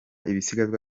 ibisigazwa